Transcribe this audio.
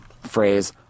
phrase